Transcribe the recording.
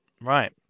Right